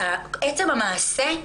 עצם המעשה,